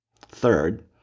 Third